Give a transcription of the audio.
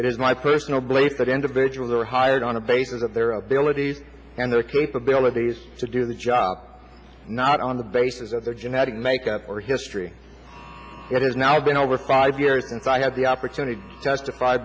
it is my personal belief that individuals are hired on the basis of their abilities and their capabilities to do the job not on the basis of their genetic makeup or he stree it has now been over five years since i had the opportunity to testify